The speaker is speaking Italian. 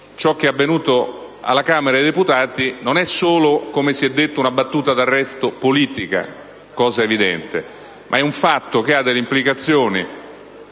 ciò che è avvenuto alla Camera dei deputati non è solo - come si è detto - una battuta d'arresto politica (cosa evidente), ma è un fatto che ha delle implicazioni